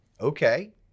Okay